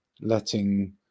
letting